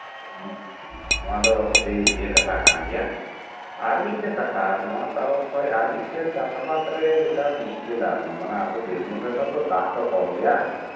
ᱛᱚ ᱱᱚᱶᱟ ᱫᱚ ᱟᱹᱰᱤ ᱤᱭᱟᱹ ᱠᱟᱛᱷᱟ ᱠᱟᱱ ᱜᱮᱭᱟ ᱟᱨ ᱢᱤᱫᱴᱟᱱ ᱠᱟᱛᱷᱟ ᱱᱚᱶᱟ ᱛᱚᱨᱚᱯᱷ ᱠᱷᱚᱱ ᱟᱨ ᱢᱤᱫᱴᱟᱱ ᱪᱟᱥ ᱟᱵᱟᱫ ᱨᱮ ᱡᱮᱴᱟ ᱢᱩᱥᱠᱤᱞᱟᱱ ᱢᱟᱱᱮ ᱟᱵᱚ ᱵᱤᱨᱵᱷᱩᱢ ᱨᱮᱫᱚ ᱛᱚ ᱫᱟᱜ ᱫᱚ ᱠᱚᱢ ᱜᱮᱭᱟ